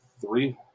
three